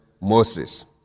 Moses